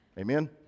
Amen